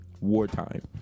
wartime